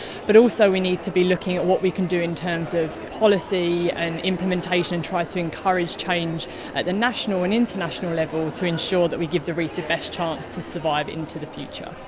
but also we need to be looking at what we can do in terms of policy and implementation, try to encourage change at the national and international level to ensure that we give the reef the best chance to survive into the future.